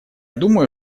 думаю